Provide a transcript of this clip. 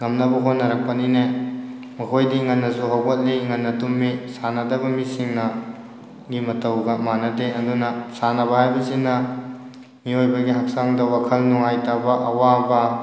ꯉꯝꯅꯕ ꯍꯣꯠꯅꯔꯛꯄꯅꯤꯅ ꯃꯈꯣꯏꯗꯤ ꯉꯟꯅꯁꯨ ꯍꯧꯒꯠꯂꯤ ꯉꯟꯅ ꯇꯨꯝꯃꯤ ꯁꯥꯟꯅꯗꯕ ꯃꯤꯁꯤꯡꯅ ꯒꯤ ꯃꯇꯧꯒ ꯃꯥꯟꯅꯗꯦ ꯑꯗꯨꯅ ꯁꯥꯟꯅꯕ ꯍꯥꯏꯕꯁꯤꯅ ꯃꯤꯑꯣꯏꯕꯒꯤ ꯍꯛꯆꯥꯡꯗ ꯋꯥꯈꯜ ꯅꯨꯡꯉꯥꯏꯇꯕ ꯑꯋꯥꯕ